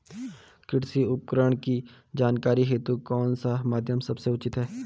कृषि उपकरण की जानकारी हेतु कौन सा माध्यम सबसे उचित है?